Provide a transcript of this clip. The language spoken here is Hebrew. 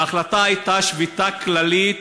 וההחלטה הייתה שביתה כללית.